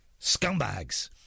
scumbags